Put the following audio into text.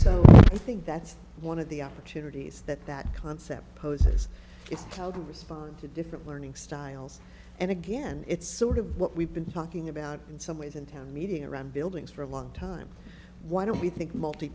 so i think that's one of the opportunities that that concept poses it's held to respond to different learning styles and again it's sort of what we've been talking about in some ways in town meeting around buildings for a long time why don't we think multi